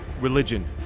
religion